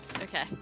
Okay